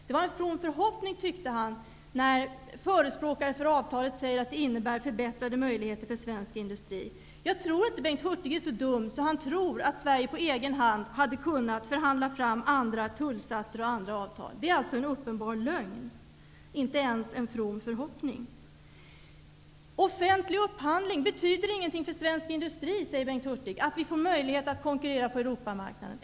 Det är en from förhoppning, ansåg han, när förespråkare för avtalet säger att det innebär förbättrade möjligheter för svensk industri. Jag tror inte att Bengt Hurtig är så dum att han tror att Sverige på egen hand hade kunnat förhandla fram andra tullsatser och andra avtal. Det är alltså en uppenbar lögn. Det är inte ens en from förhoppning. Offentlig upphandling betyder ingenting för svensk industri, säger Bengt Hurtig, dvs. att vi får möjlighet att konkurrera på Europamarknaden.